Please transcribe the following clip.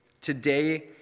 today